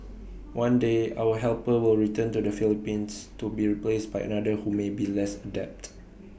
one day our helper will return to the Philippines to be replaced by another who may be less adept